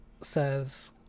says